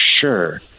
sure